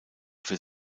für